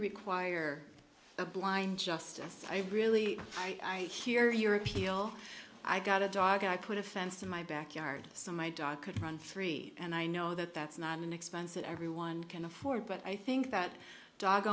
require a blind justice i really i hear your appeal i got a dog i put a fence in my backyard some my dog could run three and i know that that's not an expense that everyone can afford but i think that dog